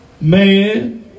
man